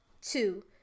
Two